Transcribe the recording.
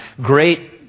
great